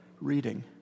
reading